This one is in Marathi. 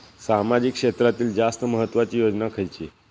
सामाजिक क्षेत्रांतील जास्त महत्त्वाची योजना खयची?